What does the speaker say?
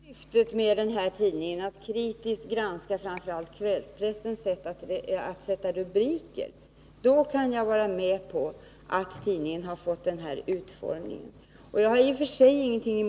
Herr talman! Om det var syftet med den här tidningen — att kritiskt granska framför allt kvällspressens sätt att sätta rubriker — kan jag godta att tidningen har fått den här utformningen.